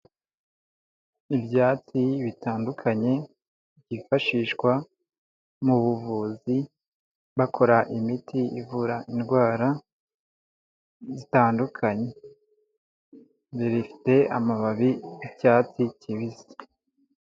Ibyatsi bitandukanye byifashishwa mu buvuzi bakora imiti ivura indwara zitandukanye, bifite amababi y'icyatsi kibisi.